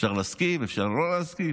אפשר להסכים, אפשר לא להסכים,